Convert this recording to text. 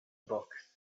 books